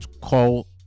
call